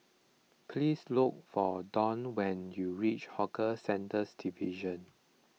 please look for Don when you reach Hawker Centres Division